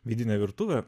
vidinę virtuvę